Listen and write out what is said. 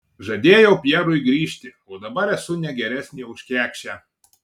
žadėjau pjerui grįžti o dabar esu ne geresnė už kekšę